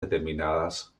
determinadas